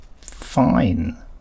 Fine